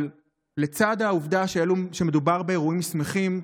אבל לצד העובדה שמדובר באירועים שמחים,